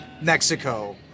Mexico